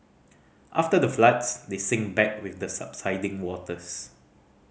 after the floods they sink back with the subsiding waters